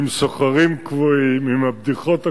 עם סוחרים קבועים, עם הבדיחות הקבועות.